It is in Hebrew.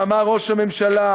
אמר ראש הממשלה,